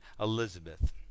Elizabeth